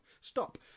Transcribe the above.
stop